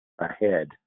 ahead